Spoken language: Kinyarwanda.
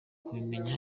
kubimenya